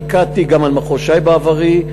פיקדתי גם על מחוז ש"י בעברי,